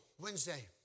Wednesday